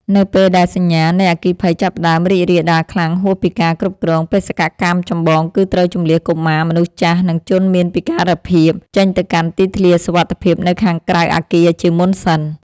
នៅពេលដែលសញ្ញានៃអគ្គីភ័យចាប់ផ្ដើមរីករាលដាលខ្លាំងហួសពីការគ្រប់គ្រង បេសកកម្មចម្បងគឺត្រូវជម្លៀសកុមារ មនុស្សចាស់ និងជនមានពិការភាព ចេញទៅកាន់ទីធ្លាសុវត្ថិភាពនៅខាងក្រៅអគារជាមុនសិន។